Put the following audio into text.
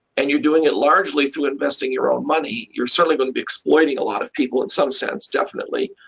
and you're doing it largely through investing your own money, you're certainly going to be exploiting a lot of people, in some sense, definitely,